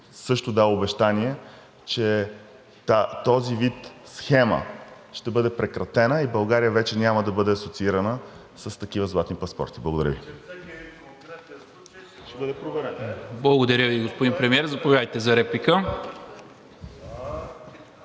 съм дал обещание, че този вид схема ще бъде прекратена и България вече няма да бъде асоциирана с такива „златни паспорти“. Благодаря Ви. ПРЕДСЕДАТЕЛ НИКОЛА МИНЧЕВ: Благодаря Ви, господин Премиер. Заповядайте за реплика.